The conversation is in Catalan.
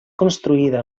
construïda